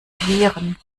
viren